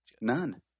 None